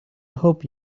hope